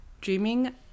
Dreaming